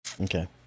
Okay